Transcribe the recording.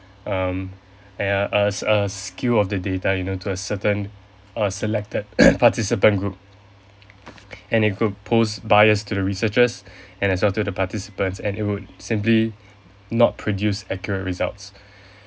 um a a a skew of the data you know to a certain err selected participant group and it could pose bias to the researchers and as well to the participant and it would simply not produce accurate results